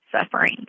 suffering